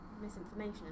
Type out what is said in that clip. misinformation